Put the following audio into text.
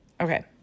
Okay